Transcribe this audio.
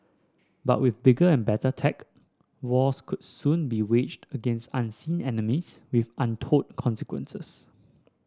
but with bigger and better tech wars could soon be waged against unseen enemies with untold consequences